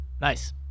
Nice